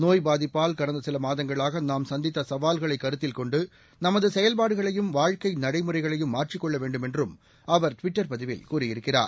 நோய் பாதிப்பால் கடந்த சில மாதங்களாக நாம் சந்தித்த சவால்களை கருத்தில் கொண்டு நமது செயல்பாடுகளையும் வாழ்க்கை நடைமுறைகளையும் மாற்றிக் கொள்ள வேண்டும் என்றும் அவர் ட்விட்டர் பதிவில் கூறியிருக்கிறார்